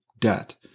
debt